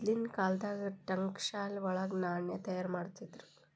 ಮದ್ಲಿನ್ ಕಾಲ್ದಾಗ ಠಂಕಶಾಲೆ ವಳಗ ನಾಣ್ಯ ತಯಾರಿಮಾಡ್ತಿದ್ರು